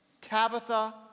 Tabitha